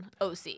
OC